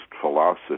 philosophy